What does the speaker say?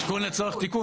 עדכון לצורך תיקון.